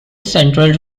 central